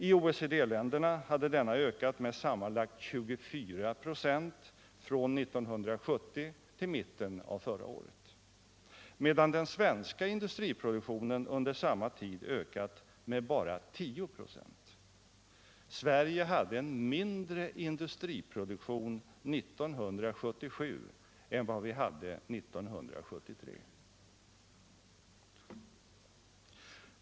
I OECD länderna hade denna ökat med sammanlagt 24 ”,» från 1970 till mitten av förra året, medan den svenska industriproduktionen under samma tid ökat med bara 10 "5. Sverige hade en mindre industriproduktion 1977 än 1973.